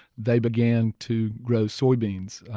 they began to grow soybeans.